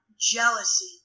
jealousy